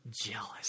jealous